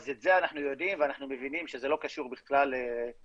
אז את זה אנחנו יודעים ואנחנו מבינים שזה לא קשור בכלל לשריעה,